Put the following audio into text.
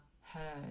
heard